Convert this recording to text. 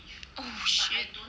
oh shit